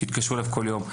שיתקשרו אליו כל יום.